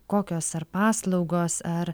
kokios ar paslaugos ar